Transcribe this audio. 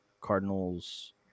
Cardinals